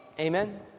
Amen